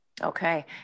Okay